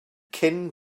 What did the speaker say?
cyn